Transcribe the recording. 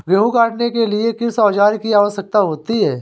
गेहूँ काटने के लिए किस औजार की आवश्यकता होती है?